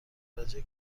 درجه